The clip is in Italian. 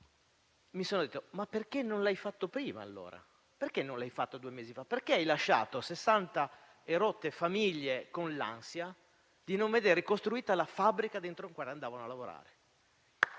Mi sono chiesto: ma perché non l'hai fatto prima, allora? Perché non l'hai fatto due mesi fa? Perché hai lasciato più di 60 famiglie nell'ansia di non vedere costruita la fabbrica dentro cui andavano a lavorare?